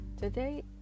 Today